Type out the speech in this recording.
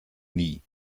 nie